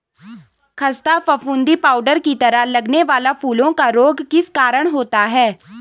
खस्ता फफूंदी पाउडर की तरह लगने वाला फूलों का रोग किस कारण होता है?